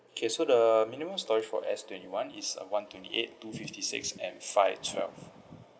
K so the minimum storage for S twenty one is uh one twenty eight two fifty six and five twelve